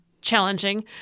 challenging